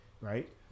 right